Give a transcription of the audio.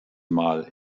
mal